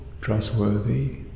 trustworthy